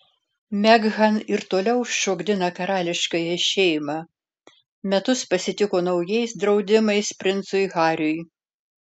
meghan ir toliau šokdina karališkąją šeimą metus pasitiko naujais draudimais princui hariui